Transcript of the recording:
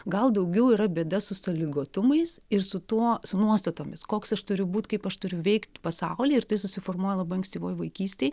gal daugiau yra bėda su sąlygotumais ir su tuo su nuostatomis koks aš turiu būt kaip aš turiu veikt pasauly ir tai susiformuoja labai ankstyvoj vaikystėj